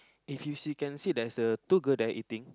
if you see can see there's a two girl there eating